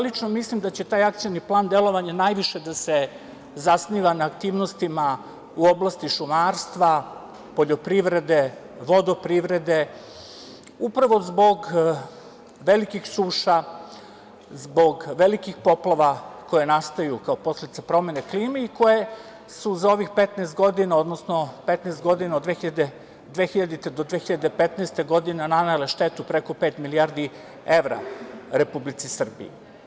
Lično mislim da će taj akcioni plan delovanja najviše da se zasniva na aktivnostima u oblasti šumarstva, poljoprivrede, vodoprivrede, upravo zbog velikih suša, zbog velikih poplava koje nastaju kao posledica promene klime i koje su za ovih 15 godina, odnosno 15 godina – od 2000. do 2015. godine, nanele štetu preko pet milijardi evra Republici Srbiji.